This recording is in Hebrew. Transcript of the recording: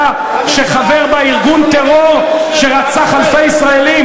שחבר בה ארגון טרור שרצח אלפי ישראלים,